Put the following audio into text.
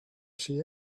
see